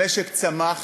המשק צמח